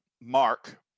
mark